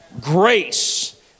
grace